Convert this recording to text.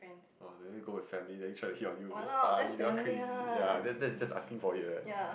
oh that mean go with family then try to hit on you damn funny that one crazy ya then that is just asking for it eh